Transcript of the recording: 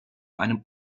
einem